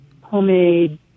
homemade